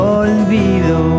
olvido